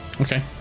okay